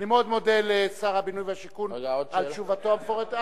אני מאוד מודה לשר הבינוי והשיכון על תשובתו המפורטת.